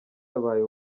yabaye